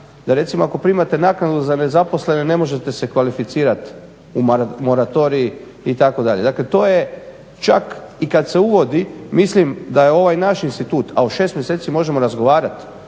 da recimo ako primate naknadu za nezaposlene ne možete se kvalificirat u moratorij itd. Dakle to je čak i kad se uvodi mislim da je ovaj naš institut, a o 6 mjeseci možemo razgovarat,